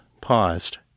paused